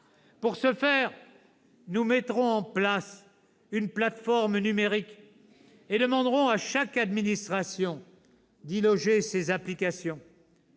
Pour ce faire, nous mettrons en place une plateforme numérique et demanderons à chaque administration d'y loger ses applications.